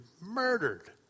murdered